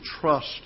trust